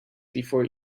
before